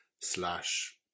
slash